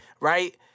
Right